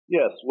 Yes